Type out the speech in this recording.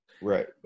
Right